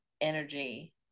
energy